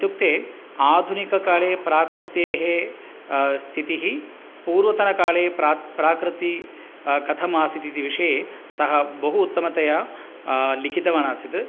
इत्युक्ते आधुनिककाले प्रकृतेः स्थितिः पूर्वतनकाले प्राक् प्रकृतिः कथम् आसीत् इति विषये सः बहु उत्तमतया लिखितवानासीत्